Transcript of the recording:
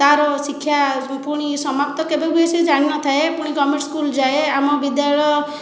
ତା'ର ଶିକ୍ଷା ପୁଣି ସମାପ୍ତ କେବେ ହୁଏ ସେ ଜାଣିନଥାଏ ପୁଣି ଗଭର୍ଣ୍ଣମେଣ୍ଟ ସ୍କୁଲ୍ ଯାଏ ଆମ ବିଦ୍ୟାଳୟ